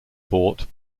bought